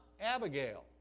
Abigail